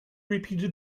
repeated